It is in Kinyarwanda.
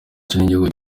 cy’igihugu